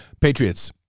Patriots